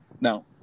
Now